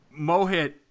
Mohit